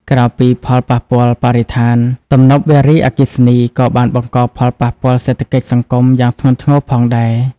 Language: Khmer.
ក្រៅពីផលប៉ះពាល់បរិស្ថាន ទំនប់វារីអគ្គិសនីក៏បានបង្កផលប៉ះពាល់សេដ្ឋកិច្ចសង្គមយ៉ាងធ្ងន់ធ្ងរផងដែរ។